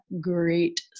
great